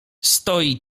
stoi